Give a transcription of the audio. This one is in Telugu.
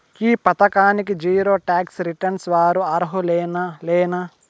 ఈ పథకానికి జీరో టాక్స్ రిటర్న్స్ వారు అర్హులేనా లేనా?